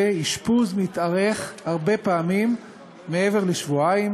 אשפוז מתארך הרבה פעמים מעבר לשבועיים,